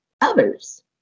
others